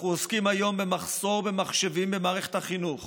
אנחנו עוסקים היום במחסור במחשבים במערכת החינוך